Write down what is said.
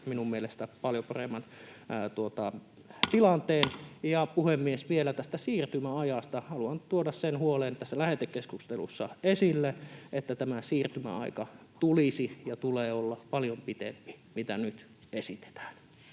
minun mielestäni paljon paremman tilanteen. Ja, puhemies, vielä tästä siirtymäajasta haluan tuoda tässä lähetekeskustelussa esille sen huolen, että siirtymäajan tulisi ja tulee olla paljon pitempi kuin mitä nyt esitetään.